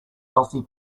healthy